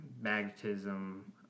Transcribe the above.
magnetism